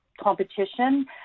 competition